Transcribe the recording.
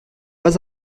pas